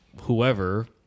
whoever